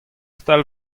stal